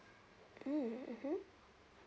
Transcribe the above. mm mmhmm